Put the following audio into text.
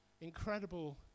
incredible